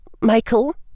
Michael